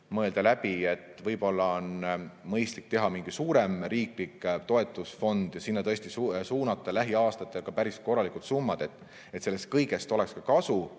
mõelda, et võib-olla on mõistlik teha mingi suurem riiklik toetusfond ja sinna suunata lähiaastatel päris korralikud summad, et sellest kõigest oleks ka kasu,